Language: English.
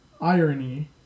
irony